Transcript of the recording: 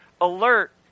alert